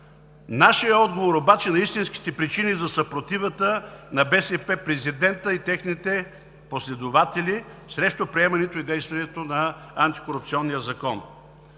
Нашият отговор обаче на истинските причини за съпротивата на БСП, президента и техните последователи срещу приемането и действието на Антикорупционния закон.